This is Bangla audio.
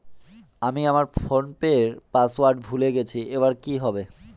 আমি আমার ফোনপের পাসওয়ার্ড ভুলে গেছি এবার কি হবে?